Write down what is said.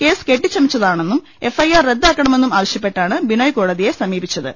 case കെട്ടിച്ചമച്ചതാണെന്നും F I R റദ്ദാക്കണമെന്നും ആവശ്യപ്പെട്ടാണ് ബിനോയ് കോടതിയെ സമീപിച്ചത്